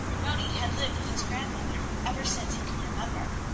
moni had lived with his grandmother ever since he could remember.